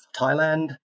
Thailand